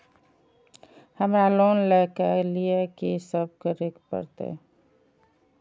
हमरा लोन ले के लिए की सब करे परते?